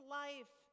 life